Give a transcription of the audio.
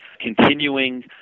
continuing